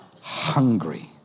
hungry